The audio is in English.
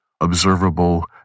observable